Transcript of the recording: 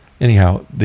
Anyhow